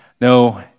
No